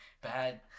Bad